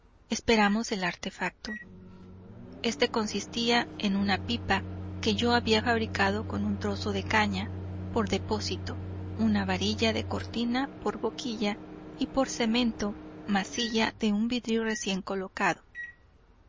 esperamos el artefacto este consistía en una pipa que yo había fabricado con un trozo de caña por depósito una varilla de cortina por boquilla y por cemento masilla de un vidrio recién colocado